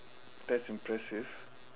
that's impressive